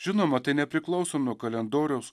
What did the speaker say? žinoma tai nepriklauso nuo kalendoriaus